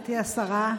גברתי השרה.